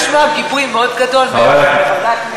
אבל אני שמחה לשמוע גיבוי מאוד גדול מחברי הכנסת.